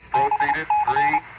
i